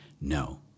No